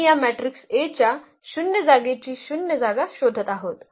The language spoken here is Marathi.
आम्ही या मॅट्रिक्स A च्या शून्य जागेची शून्य जागा शोधत आहोत